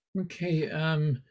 Okay